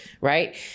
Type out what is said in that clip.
right